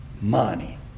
money